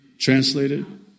Translated